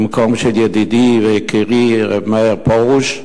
במקום ידידי ויקירי רב מאיר פרוש,